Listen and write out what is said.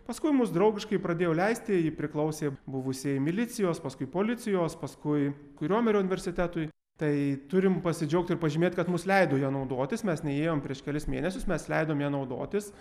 paskui mus draugiškai pradėjo leisti ji priklausė buvusiai milicijos paskui policijos paskui riomerio universitetui tai turim pasidžiaugt ir pažymėt kad mums leido ja naudotis mes nuėjom prieš kelis mėnesiusi mes leidom ja naudotis